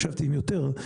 ישבתי עם יותר,